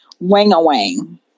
wang-a-wang